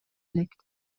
элек